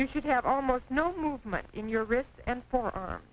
you should have almost no movement in your wrist and for